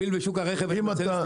מחר נגביל בשוק הרכב --- למכור?